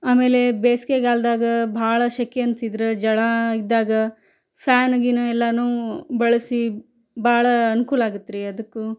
ಆಮೇಲೆ ಬೇಸ್ಗೆ ಕಾಲ್ದಾಗ ಬಹಳ ಸೆಕೆ ಅನ್ಸಿದ್ರೆ ಝಳ ಇದ್ದಾಗ ಫ್ಯಾನ್ ಗೀನು ಎಲ್ಲನೂ ಬಳಸಿ ಭಾಳ ಅನ್ಕೂಲ ಆಗುತ್ರಿ ಅದಕ್ಕೂ